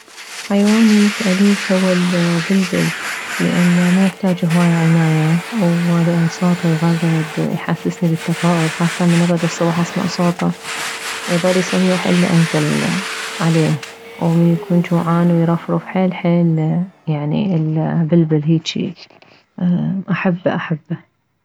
حيواني الاليف هو البلبل لان ميحتاج هواية عناية ولان صوته يغرد يحسسني بالتفاؤل خاصة من اكعد الصبح اسمع صوته يظل يصيح الا انزل عليه ومن يكون جوعان ويرفرف حيل حيل يعني البلبل هيجي احبه احبه